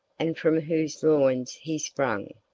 and from whose loins he sprang.